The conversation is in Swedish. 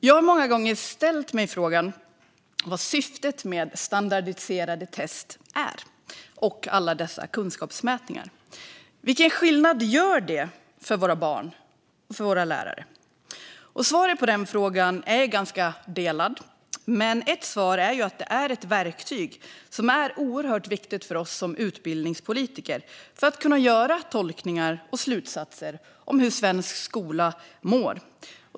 Jag har många gånger ställt mig frågan vad syftet är med standardiserade tester och alla dessa kunskapsmätningar. Vilken skillnad gör de för våra barn och för våra lärare? Svaret på den frågan är delat, men ett svar är att de är ett verktyg som är oerhört viktigt för oss som utbildningspolitiker för att vi ska kunna göra tolkningar och dra slutsatser om hur svensk skola mår.